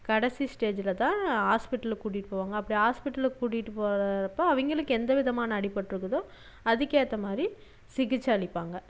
கடைசி ஸ்டேஜில் தான் ஆஸ்ப்பிட்டலுக்கு கூட்டிட்டு போவாங்க அப்படி ஆஸ்ப்பிட்டலுக்கு கூட்டிட்டு போகிறப்ப அவங்களுக்கு எந்த விதமான அடிபட்டுருக்குதோ அதுக்கேற்ற மாதிரி சிகிச்சை அளிப்பாங்க